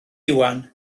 iwan